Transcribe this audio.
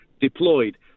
deployed